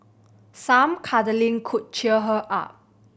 some cuddling could cheer her up